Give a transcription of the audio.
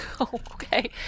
Okay